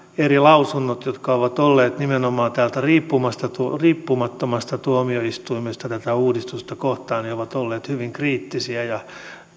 eri lausunnot jotka ovat olleet nimenomaan täältä riippumattomasta tuomioistuimesta tätä uudistusta kohtaan ovat olleet hyvin kriittisiä ja